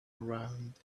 around